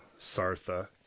sartha